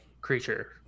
creature